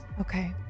Okay